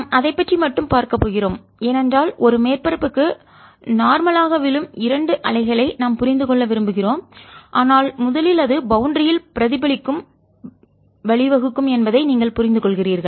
நாம் அதை பற்றி மட்டும் பார்க்க போகிறோம் ஏனென்றால் ஒரு மேற்பரப்புக்கு நார்மல் ஆக விழும் இரண்டு அலைகளை நாம் புரிந்து கொள்ள விரும்புகிறோம் ஆனால் முதலில் அது பவுண்டரியில் எல்லை பிரதிபலிப்புக்கு வழிவகுக்கும் என்பதை நீங்கள் புரிந்துகொள்கிறீர்கள்